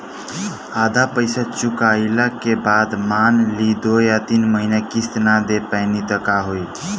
आधा पईसा चुकइला के बाद मान ली दो या तीन महिना किश्त ना दे पैनी त का होई?